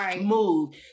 move